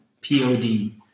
P-O-D